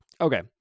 Okay